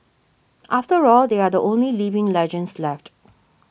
after all they are the only living legends left